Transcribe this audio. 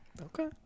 Okay